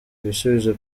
ibisubizo